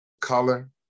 color